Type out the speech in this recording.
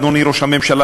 אדוני ראש הממשלה,